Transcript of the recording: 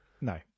No